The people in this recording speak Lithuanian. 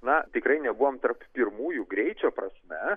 na tikrai nebuvom tarp pirmųjų greičio prasme